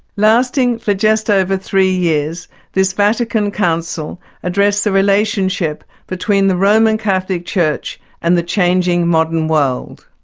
lasting for just over three years this vatican council addressed the relationship between the roman catholic church and the changing modern world.